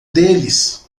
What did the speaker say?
deles